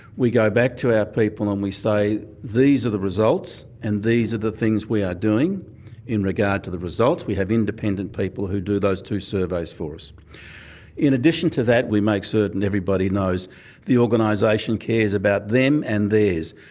we go back to our people and we say these are the results and these are the things we are doing in regard to the results. we have independent people who do those two surveys for in addition to that we make certain everybody knows the organisation cares about them and theirs.